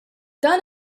dan